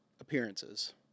appearances